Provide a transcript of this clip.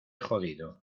jodido